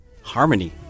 harmony